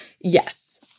yes